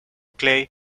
clay